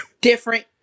different